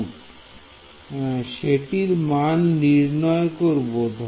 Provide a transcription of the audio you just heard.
এবং সেটির মান আমরা নির্ণয় করব